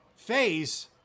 phase